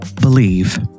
believe